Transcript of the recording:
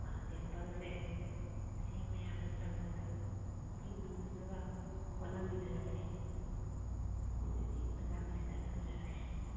ꯑꯥ ꯇꯦꯝꯄꯜꯁꯦ ꯁꯤ ꯃꯌꯥꯝ ꯆꯪꯗꯅ ꯌꯦꯡꯃꯤꯟꯅꯅꯕ ꯍꯣꯠꯅꯃꯤꯟꯅꯔꯁꯦ ꯑꯗꯨꯗꯤ ꯃꯇꯥꯡ ꯑꯁꯤꯗ ꯊꯝꯖꯔꯒꯦ